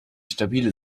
stabile